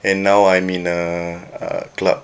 and now I'm in a uh club